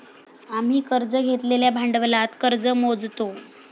आम्ही कर्ज घेतलेल्या भांडवलात कर्ज मोजतो